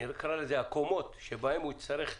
נקרא לזה, הקומות בהן הם יצטרכו